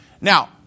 Now